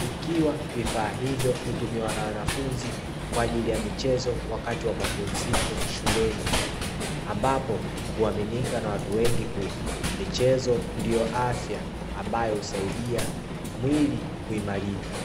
ikiwa vifaa hivyo hutumiwa na wanafunzi kwa ajili ya michezo wakati wa mapumziko, shuleni, ambapo huaminika na watu wengi kuwa michezo ndio afya ambayo husaidia mwili kuimarika.